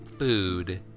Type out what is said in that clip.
Food